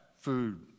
food